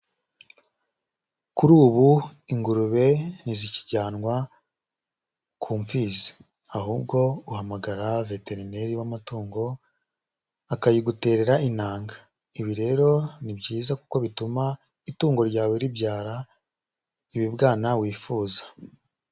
Kuri ubu ingurube ntizikijyanwa ku mfizi, ahubwo uhamagara veterineri w'amatungo akayiguterera intanga. Ibi rero ni byiza kuko bituma itungo ryawe ribyara ibibwana wifuza.